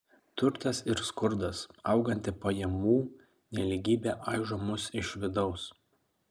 turtas ir skurdas auganti pajamų nelygybė aižo mus iš vidaus